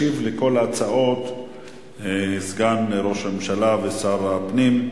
ישיב על כל ההצעות סגן ראש הממשלה ושר הפנים,